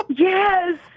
Yes